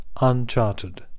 Uncharted